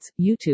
YouTube